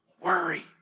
worry